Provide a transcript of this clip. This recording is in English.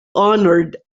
honoured